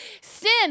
Sin